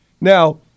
Now